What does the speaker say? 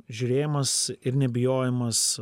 žiūrėjimas ir nebijojimas